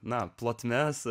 na plotmes